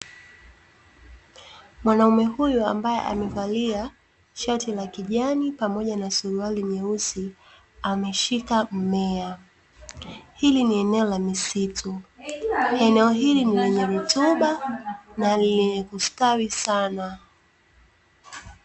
Mwanaume huyu ambaye amevalia shati ya kijani pamoja na suruali nyeusi, ameshika mmea. Hili ni eneo la misitu, eneo hili ni lenye rutuba la lenye kustawi sana.